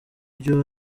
iryo